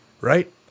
right